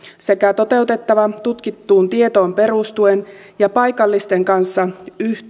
on toteutettava tutkittuun tietoon perustuen ja paikallisten kanssa